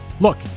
Look